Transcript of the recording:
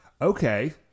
Okay